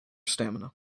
stamina